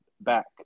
back